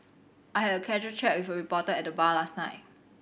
I had a casual chat with a reporter at the bar last night